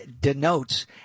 denotes